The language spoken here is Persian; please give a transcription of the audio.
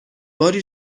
باری